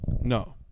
No